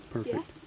Perfect